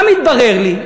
מה מתברר לי?